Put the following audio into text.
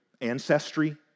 ancestry